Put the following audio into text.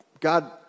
God